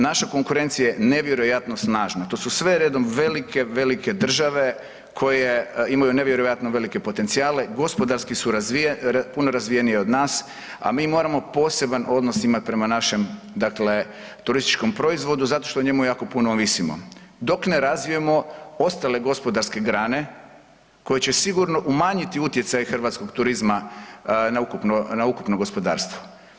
Naša konkurencija je nevjerojatna snažna, to su sve redom velike, velike države koje imaju nevjerojatno velike potencijale, gospodarski su puno razvijenije od nas, a mi moramo poseban odnos imat prema našem, dakle turističkom proizvodu zato što o njemu jako puno ovisimo dok ne razvijemo ostale gospodarske grane koje će sigurno umanjiti utjecaj hrvatskog turizma na ukupno, na ukupno gospodarstvo.